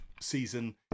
season